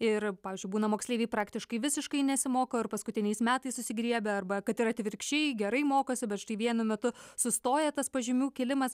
ir pavyzdžiui būna moksleiviai praktiškai visiškai nesimoko ir paskutiniais metais susigriebia arba kad ir atvirkščiai gerai mokosi bet štai vienu metu sustoja tas pažymių kilimas